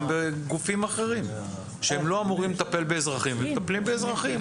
גם בגופים אחרים שהם לא אמורים לטפל באזרחים ומטפלים אזרחים.